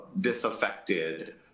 disaffected